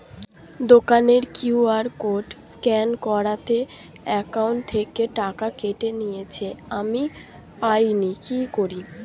দোকানের QR code scan করাতে account থেকে টাকা কেটে নিয়েছে, আমি পাইনি কি করি?